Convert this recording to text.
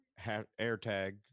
AirTag